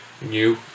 new